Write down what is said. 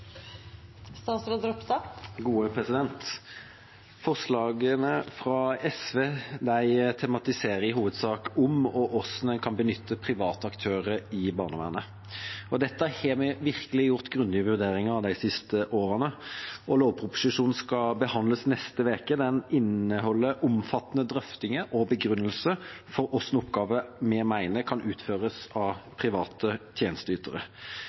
Forslagene fra SV tematiserer i hovedsak om og hvordan en kan benytte private aktører i barnevernet. Dette har vi virkelig gjort grundige vurderinger av de siste årene, og lovproposisjonen skal behandles neste uke. Den inneholder omfattende drøftinger og begrunnelser for hvilke oppgaver vi mener kan utføres av private tjenesteytere.